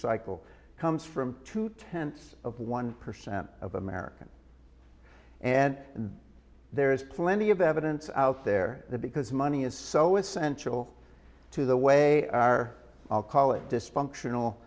cycle comes from two tenths of one percent of american and there is plenty of evidence out there that because money is so essential to the way our i'll call it dysfunctional